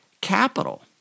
capital